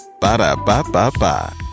Ba-da-ba-ba-ba